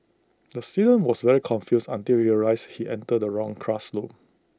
the student was very confused until he realised he entered the wrong classroom